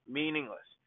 meaningless